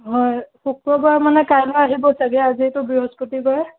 হয় শুক্ৰবাৰ মানে কাইলৈ আহিব চাগে আজিতো বৃহস্পতিবাৰ